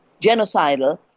Genocidal